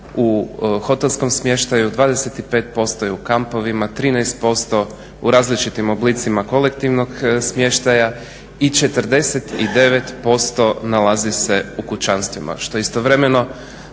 u hotelskom smještaju, 25% je u kampovima, 13% u različitim oblicima kolektivnog smještaja i 49% nalazi se u kućanstvima što istovremeno